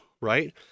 right